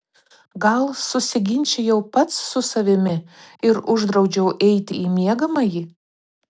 gal susiginčijau pats su savimi ir uždraudžiau eiti į miegamąjį